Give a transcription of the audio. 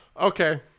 Okay